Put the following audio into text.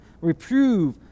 Reprove